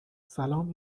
سلام